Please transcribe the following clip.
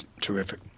terrific